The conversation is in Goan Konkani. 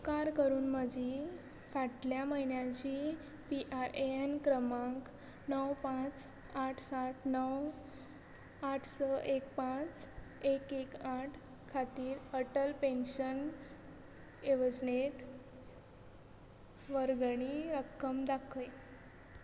उपकार करून म्हजी फाटल्या म्हयन्याची पी आर ए एन क्रमांक णव पांच आठ सात णव आठ स एक पांच एक एक आठ खातीर अटल पेन्शन येवजणेंत वर्गणी रक्कम दाखय